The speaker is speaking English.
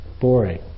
boring